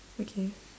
okay